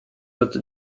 got